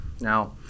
Now